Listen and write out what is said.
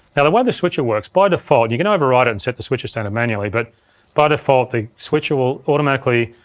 yeah the way the switcher works, by default, and you can override it and set the switcher standard manually, but by default the switcher will automatically,